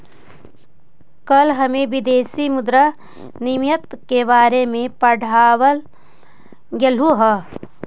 कल हमें विदेशी मुद्रा विनिमय के बारे में पढ़ावाल गेलई हल